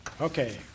Okay